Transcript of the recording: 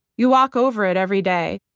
you walk over it every day,